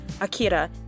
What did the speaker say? Akira